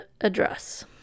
address